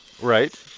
Right